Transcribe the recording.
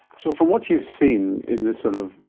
so from what you've seen in this sort of.